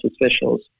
officials